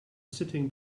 sitting